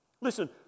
Listen